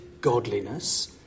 godliness